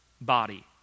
body